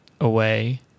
away